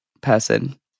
person